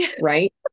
right